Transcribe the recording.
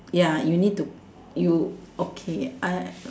ya you need to you okay uh